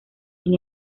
sin